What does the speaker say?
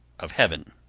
of heaven.